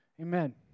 Amen